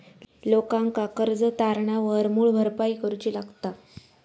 लोकांका कर्ज तारणावर मूळ भरपाई करूची लागता